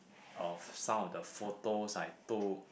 of some of the photos I took